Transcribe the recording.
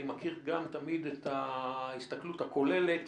אני מכיר גם תמיד את ההסתכלות הכוללת.